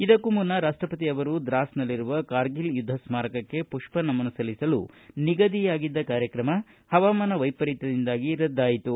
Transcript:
ಇದಕ್ಕೂ ಮುನ್ನ ರಾಷ್ಟಪತಿ ಅವರು ದ್ರಾಸ್ನಲ್ಲಿರುವ ಕಾರ್ಗಿಲ್ ಯುದ್ದ ಸ್ನಾರಕಕ್ಕೆ ಪುಷ್ಟನಮನ ಸಲ್ಲಿಸಲು ನಿಗದಿಯಾಗಿದ್ದ ಕಾರ್ಯಕ್ರಮ ಹವಾಮಾನ ವೈಪರೀತ್ಯದಿಂದಾಗಿ ರದ್ದಾಯಿತು